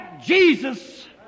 Jesus